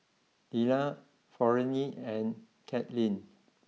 Lelah Florene and Cathleen